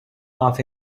off